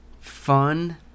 fun